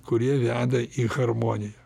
kurie veda į harmoniją